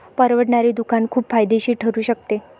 परवडणारे दुकान खूप फायदेशीर ठरू शकते